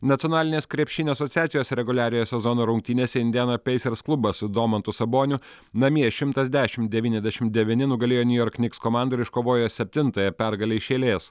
nacionalinės krepšinio asociacijos reguliariojo sezono rungtynėse indiana peisers klubas su domantu saboniu namie šimtas dešim devyniasdešim devyni nugalėjo niujork niks komandą ir iškovojo septintąją pergalę iš eilės